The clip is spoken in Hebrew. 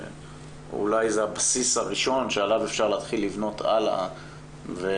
ואולי זה הבסיס הראשון שעליו אפשר להתחיל לבנות הלאה ומבחינת